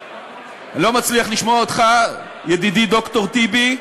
אני לא מצליח לשמוע אותך, ידידי ד"ר טיבי.